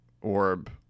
orb